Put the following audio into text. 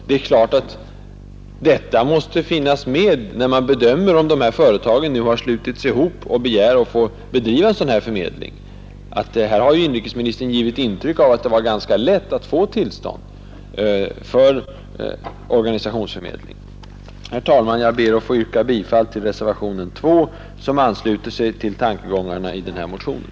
Detta måste naturligtvis finnas med när man bedömer om företag, som nu har slutit sig samman och begär att få bedriva sådan förmedling, skall få tillstånd. Inrikesministern har givit det intrycket att det var ganska lätt att få tillstånd för organisationsförmedling. Herr talman! Jag ber att få yrka bifall till reservationen 2 som ansluter sig till tankegångarna i motionen 1405.